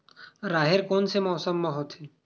राहेर कोन से मौसम म होथे?